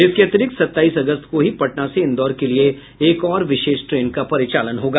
इसके अतिरिक्त सत्ताईस अगस्त को ही पटना से इंदौर के लिए एक और विशेष ट्रेन का परिचालन होगा